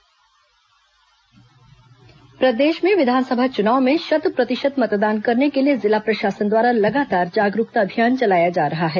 मतदाता जागरूकता अभियान प्रदेश में विधानसभा चुनाव में शत प्रतिशत मतदान करने के लिए जिला प्रशासन द्वारा लगातार जागरूकता अभियान चलाया जा रहा है